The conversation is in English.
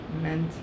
mentally